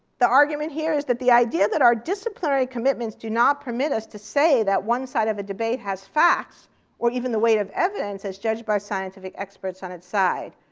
the argument here is that the idea that our disciplinary commitments do not permit us to say that one side of a debate has facts or even the weight of evidence as judged by scientific experts on its side,